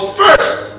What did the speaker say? first